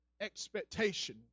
expectation